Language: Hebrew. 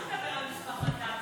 אל תדבר על מספר המנדטים,